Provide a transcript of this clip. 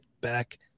back